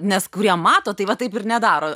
nes kurie mato tai va taip ir nedaro